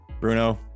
Bruno